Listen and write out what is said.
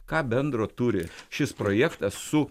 ką bendro turi šis projektas su